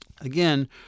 Again